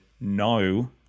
no